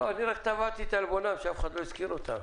רק תבעתי את עלבונם, שאף אחד לא הזכיר אותם.